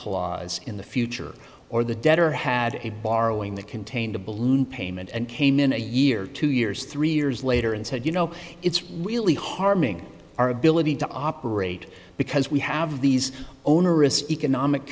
clause in the future or the debtor had a borrowing that contained a balloon payment and came in a year two years three years later and said you know it's really harming our ability to operate because we have these onerous economic